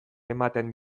ematen